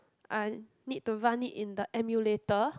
I need to run it in the emulator